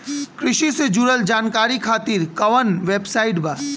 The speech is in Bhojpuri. कृषि से जुड़ल जानकारी खातिर कोवन वेबसाइट बा?